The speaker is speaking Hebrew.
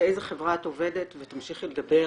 באיזה חברה את עובדת ותמשיכי לדבר.